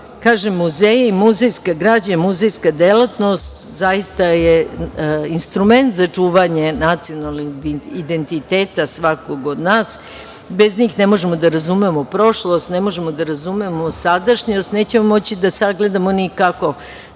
muzejska građa i muzejska delatnost, zaista je instrument za čuvanje nacionalnog identiteta svakog od nas. Bez njih ne možemo da razumemo prošlost, ne možemo da razumemo sadašnjost, nećemo moći da sagledamo ni kako